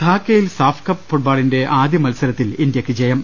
ധാക്കെയിൽ SAFF cup ഫുട്ബോളിന്റെ ആദ്യമത്സരത്തിൽ ഇന്ത്യക്ക് ജയം